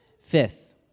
Fifth